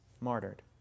martyred